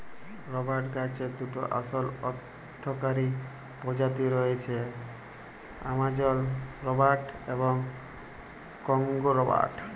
রবাট গাহাচের দুটা আসল অথ্থকারি পজাতি রঁয়েছে, আমাজল রবাট এবং কংগো রবাট